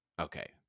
okay